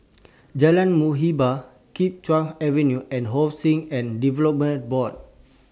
Jalan Muhibbah Kim Chuan Avenue and Housing and Development Board